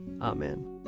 Amen